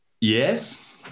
Yes